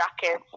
jackets